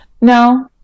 No